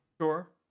sure